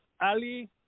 Ali